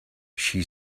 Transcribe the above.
she